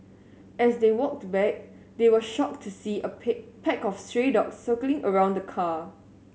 as they walked back they were shocked to see a pack of stray dogs circling around the car